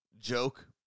joke